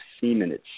semen